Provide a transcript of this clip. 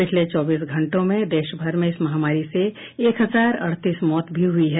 पिछले चौबीस घंटों में देश भर में इस महामारी से एक हजार अड़तीस मौत भी हुई हैं